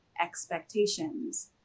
expectations